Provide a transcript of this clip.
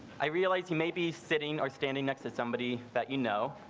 i realize you may be sitting or standing next to somebody that you know.